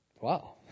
Wow